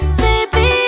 baby